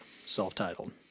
self-titled